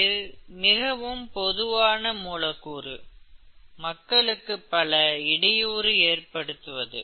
இது மிகவும் பொதுவான மூலக்கூறு மக்களுக்கு பல இடையூறு ஏற்படுத்துவது